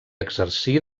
exercí